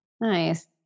nice